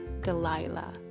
Delilah